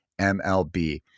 MLB